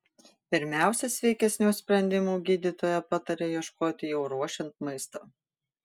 pirmiausia sveikesnių sprendimų gydytoja pataria ieškoti jau ruošiant maistą